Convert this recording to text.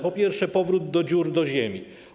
Po pierwsze, powrót do dziur, do ziemi.